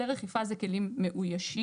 כלי רחיפה זה כלים מאוישים,